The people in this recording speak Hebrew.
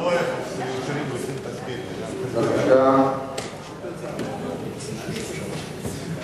חוק התקשורת (בזק ושידורים) (תיקון מס' 44),